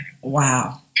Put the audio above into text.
Wow